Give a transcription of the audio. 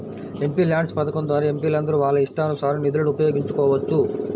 MPLADS పథకం ద్వారా ఎంపీలందరూ వాళ్ళ ఇష్టానుసారం నిధులను ఉపయోగించుకోవచ్చు